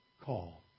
call